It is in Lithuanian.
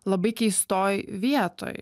labai keistoj vietoj